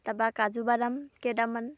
তাৰ পৰা কাজু বাদামকেইটামান